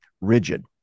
Rigid